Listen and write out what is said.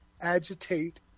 agitate